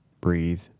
breathe